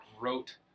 wrote